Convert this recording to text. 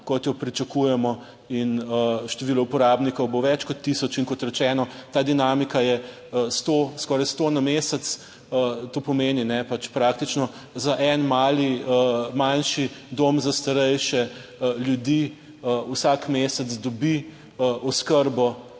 kot jo pričakujemo in število uporabnikov bo več kot tisoč in, kot rečeno, ta dinamika je sto, skoraj sto na mesec. To pomeni, pač praktično za en mali, manjši dom za starejše ljudi vsak mesec dobi oskrbo,